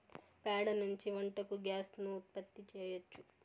ప్యాడ నుంచి వంటకు గ్యాస్ ను ఉత్పత్తి చేయచ్చు